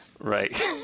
Right